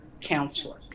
counselor